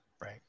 right